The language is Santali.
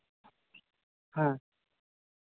ᱦᱮᱸ